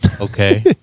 Okay